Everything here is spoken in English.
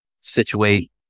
situate